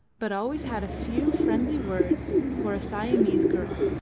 but always had a few friendly words for a siamese girl,